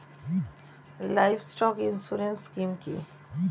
Livestock insurance scheme কি?